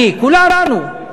אני, כולנו,